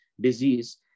disease